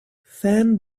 fan